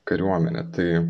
kariuomenę tai